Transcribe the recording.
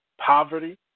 poverty